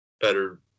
better –